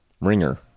ringer